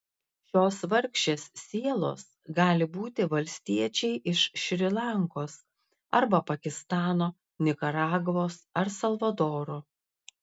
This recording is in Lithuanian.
šios vargšės sielos gali būti valstiečiai iš šri lankos arba pakistano nikaragvos ar salvadoro